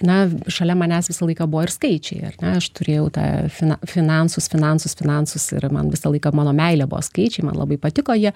na šalia manęs visą laiką buvo ir skaičiai ar ne aš turėjau tą fina finansus finansu finansus ir man visą laiką mano meilė buvo skaičiai man labai patiko jie